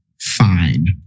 fine